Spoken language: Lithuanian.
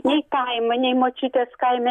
nei kaimo nei močiutės kaime